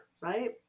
right